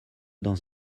dans